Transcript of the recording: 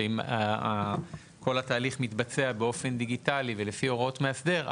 שאם כל התהליך מתבצע באופן דיגיטלי ולפי הוראות מאסדר,